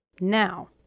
Now